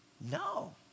No